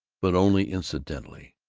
but only incidentally.